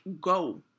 go